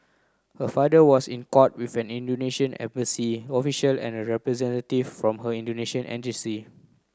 her father was in court with an Indonesian embassy official and a representative from her Indonesian agency